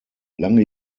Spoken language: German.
lange